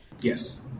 Yes